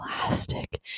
plastic